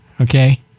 okay